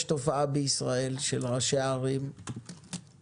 יש תופעה בישראל של ראשי ערים וקהילות